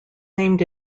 named